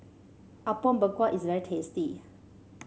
Apom Berkuah is very tasty